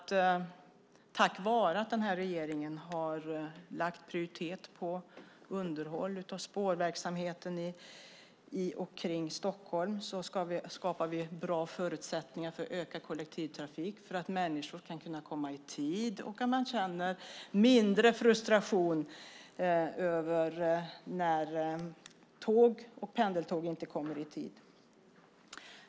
Tack vare att den här regeringen har givit underhåll av spårverksamheten i och kring Stockholm prioritet skapar vi bra förutsättningar för ökad kollektivtrafik, för att människor ska kunna komma i tid och känna mindre frustration när tåg och pendeltåg inte kommer i tid.